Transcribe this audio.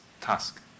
task